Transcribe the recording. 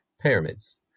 pyramids